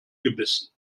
gebissen